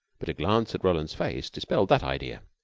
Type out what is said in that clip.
but a glance at roland's face dispelled that idea.